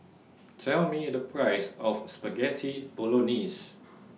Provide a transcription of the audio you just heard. Tell Me The Price of Spaghetti Bolognese